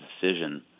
decision